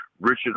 Richard